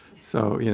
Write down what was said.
so,